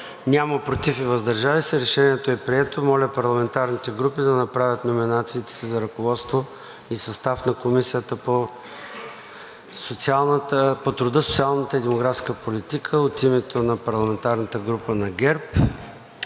189, против и въздържали се няма. Решението е прието. Моля парламентарните групи да направят номинациите си за ръководство и състав на Комисията по труда, социалната и демографската политика. От името на парламентарната група на ГЕРБ-СДС.